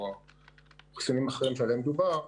או חיסונים אחרים שעליהם דובר,